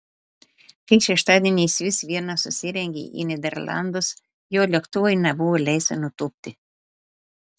kai šeštadienį jis vis viena susirengė į nyderlandus jo lėktuvui nebuvo leista nutūpti